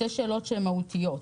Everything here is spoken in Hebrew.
שאלות מהותיות.